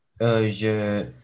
je